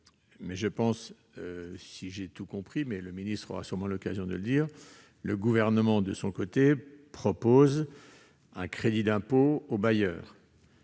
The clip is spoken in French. Mais, si j'ai bien tout compris- M. le ministre aura certainement l'occasion de le dire -, le Gouvernement, de son côté, propose un crédit d'impôt aux bailleurs.